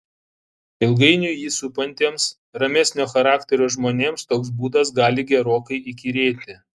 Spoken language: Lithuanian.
ilgainiui jį supantiems ramesnio charakterio žmonėms toks būdas gali gerokai įkyrėti